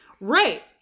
Right